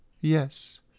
Yes